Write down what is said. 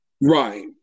Right